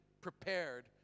prepared